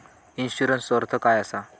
इन्शुरन्सचो अर्थ काय असा?